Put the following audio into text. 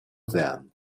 them